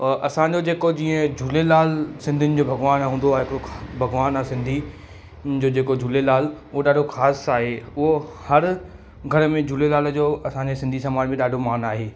और असांजो जेको जीअं झूलेलाल सिंधियुनि जो भॻवानु हूंदा आहे भॻवानु आहे सिंधी मुंहिंजो जेको झूलेलाल उहा ॾाढो ख़ासि आहे उहो हर घर में झूलेलाल जो असांजे सिंधी समाज में ॾाढो मान आहे